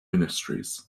ministries